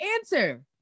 answer